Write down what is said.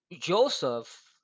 Joseph